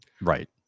Right